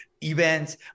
events